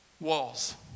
walls